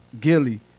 Gilly